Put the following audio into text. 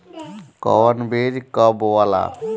कौन बीज कब बोआला?